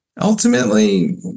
ultimately